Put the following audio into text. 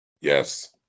Yes